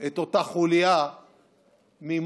את אותה חוליה ממועאוויה,